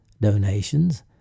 donations